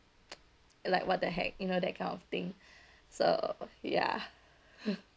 like what the heck you know that kind of thing so ya